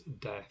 death